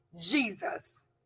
Jesus